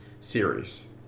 series